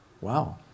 Wow